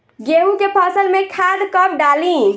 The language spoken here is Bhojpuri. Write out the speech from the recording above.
गेहूं के फसल में खाद कब डाली?